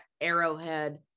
arrowhead